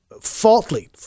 faulty